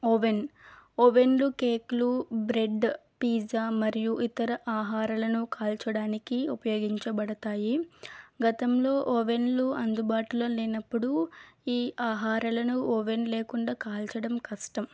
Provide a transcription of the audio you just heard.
oven ఓవెన్లు కేకులు bread pizza మరియు ఇతర ఆహారాలను కాల్చడానికి ఉపయోగించబడతాయి గతంలో ఓవెన్లు అందుబాటులో లేనప్పుడు ఈ ఆహారలను ఓవెన్ లేకుండా కాల్చడం కష్టం